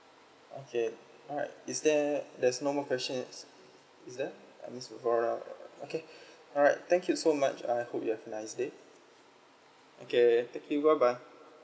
okay alright is there there's no more questions is there uh miss vero~ err okay alright thank you so much I hope you have a nice day okay thank you bye bye